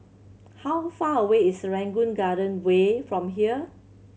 how far away is Serangoon Garden Way from here